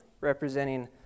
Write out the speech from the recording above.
representing